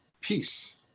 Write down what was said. peace